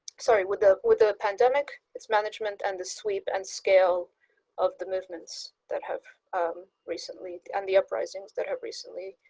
sorry, with the with the pandemic, its management and the sweep and scale of the movements that have um recently, and the uprisings that have recently